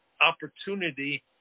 opportunity